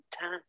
time